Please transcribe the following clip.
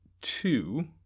two